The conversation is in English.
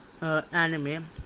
anime